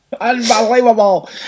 Unbelievable